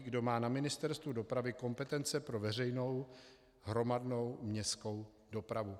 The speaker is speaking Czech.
Kdo má na Ministerstvu dopravy kompetence pro veřejnou hromadnou městskou dopravu?